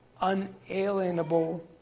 unalienable